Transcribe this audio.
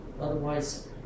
otherwise